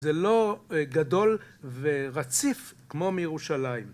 זה לא גדול ורציף כמו מירושלים